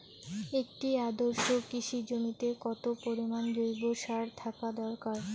একটি আদর্শ কৃষি জমিতে কত পরিমাণ জৈব সার থাকা দরকার?